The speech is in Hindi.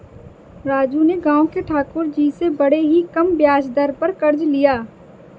राजू ने गांव के ठाकुर जी से बड़े ही कम ब्याज दर पर कर्ज लिया